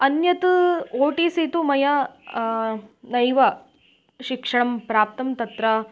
अन्यत् O T C तु मया नैव शिक्षणं प्राप्तं तत्र